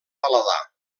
paladar